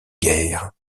guerre